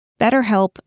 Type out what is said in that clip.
BetterHelp